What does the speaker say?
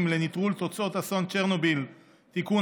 לנטרול תוצאות אסון צ'רנוביל (תיקון,